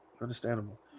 understandable